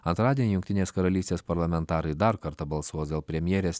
antradienį jungtinės karalystės parlamentarai dar kartą balsuos dėl premjerės